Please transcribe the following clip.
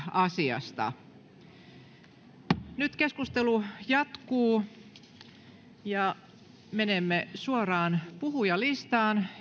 asiasta nyt keskustelu jatkuu menemme suoraan puhujalistaan